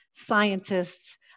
Scientists